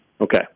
Okay